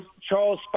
Charles